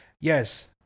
yes